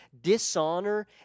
dishonor